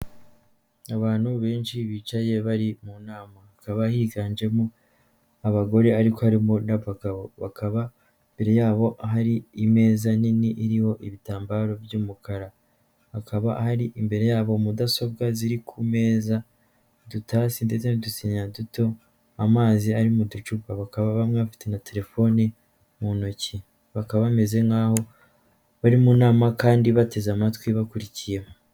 Abantu benshi bicaye bari mu nama hakaba higanjemo abagore ariko harimo n'abagabo bakaba imbere yabo aha imeza nini iriho ibitambaro by'umukara, hakaba ari imbere yabo mudasobwa ziri ku meza dutashye ndetse n'udusera duto amazi ari mu ducupa bakaba bamwe bafite na telefoni mu ntoki bakaba bameze nk'aho bari mu nama kandi bateze amatwi bakurikiye.